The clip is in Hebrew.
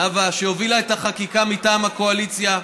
נאוה, שהובילה את החקיקה מטעם הקואליציה,